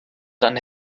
dann